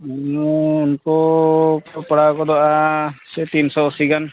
ᱩᱱᱠᱩ ᱠᱚ ᱯᱟᱲᱟᱣ ᱜᱚᱫᱚᱜᱼᱟ ᱥᱮ ᱛᱤᱱᱥᱚ ᱟᱹᱥᱤ ᱜᱟᱱ